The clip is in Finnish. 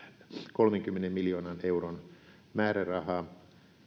kolmenkymmenen miljoonan euron määräraha